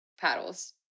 paddles